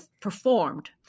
performed